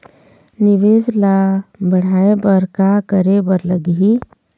निवेश ला बढ़ाय बर का करे बर लगही?